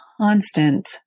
constant